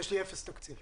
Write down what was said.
יש לי אפס תקציב.